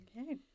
Okay